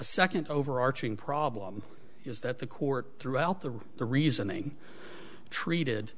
second overarching problem is that the court threw out the the reasoning treated